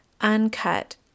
uncut